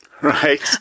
Right